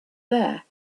there